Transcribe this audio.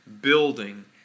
building